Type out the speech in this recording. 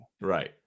Right